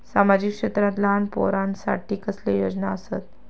सामाजिक क्षेत्रांत लहान पोरानसाठी कसले योजना आसत?